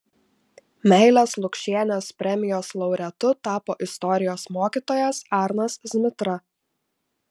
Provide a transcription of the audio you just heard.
meilės lukšienės premijos laureatu tapo istorijos mokytojas arnas zmitra